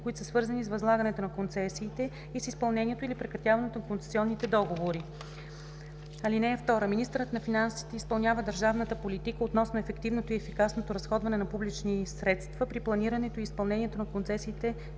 които са свързани с възлагането на концесиите и с изпълнението или прекратяването на концесионните договори. (2) Министърът на финансите изпълнява държавната политика относно ефективното и ефикасното разходване на публични средства при планирането и изпълнението на концесиите,